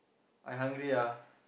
I hungry ah